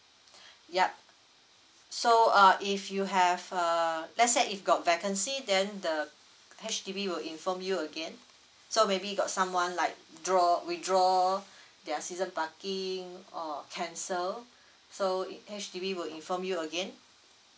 yup so uh if you have uh let's say if got vacancy than the H_D_B will inform you again so maybe got someone like draw withdraw their season parking or cancel so h~ H_D_B will inform you again